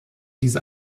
diese